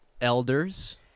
elders